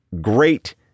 great